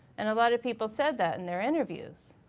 and a lot of people said that in their interviews,